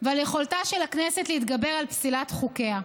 ועל יכולתה של הכנסת להתגבר על פסילת חוקיה.